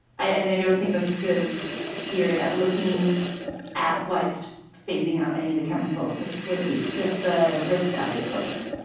i and i don't think but this is yeah steered at looking at what phasing out any of the chemicals would would be just the risk of exposure.